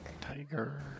Tiger